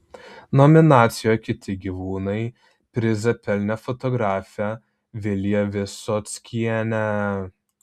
nominacijoje kiti gyvūnai prizą pelnė fotografė vilija visockienė